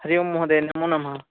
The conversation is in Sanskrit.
हरि ओं महोदय नमो नमः